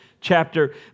chapter